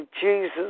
Jesus